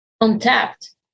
untapped